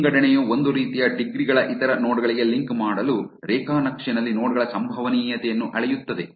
ವಿಂಗಡಣೆಯು ಒಂದೇ ರೀತಿಯ ಡಿಗ್ರಿ ಗಳ ಇತರ ನೋಡ್ ಗಳಿಗೆ ಲಿಂಕ್ ಮಾಡಲು ರೇಖಾ ನಕ್ಷೆನಲ್ಲಿ ನೋಡ್ ಗಳ ಸಂಭವನೀಯತೆಯನ್ನು ಅಳೆಯುತ್ತದೆ